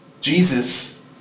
Jesus